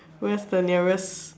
where's the nearest